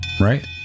Right